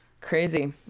crazy